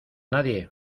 nadie